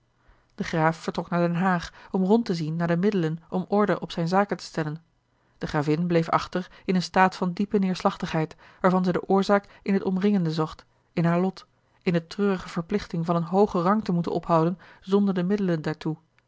de graaf vertrok naar den haag om rond te zien naar de middelen om order op zijne zaken te stellen de gravin bleef achter in een staat van diepe neêrslachtigheid waarvan zij de oorzaak in het omringende zocht in haar lot in de treurige verplichting van een hoogen rang te moeten ophouden zonder de middelen daartoe